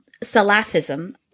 Salafism